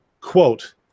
quote